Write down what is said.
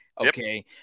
Okay